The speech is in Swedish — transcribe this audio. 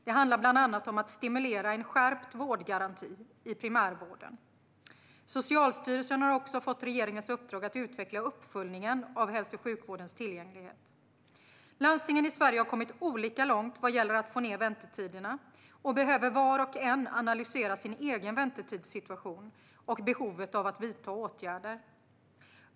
Det handlar bland annat om att stimulera en skärpt vårdgaranti i primärvården. Socialstyrelsen har också fått regeringens uppdrag att utveckla uppföljningen av hälso och sjukvårdens tillgänglighet. Landstingen i Sverige har kommit olika långt vad gäller att få ned väntetiderna och behöver vart och ett analysera sin egen väntetidssituation och behovet av att vidta åtgärder.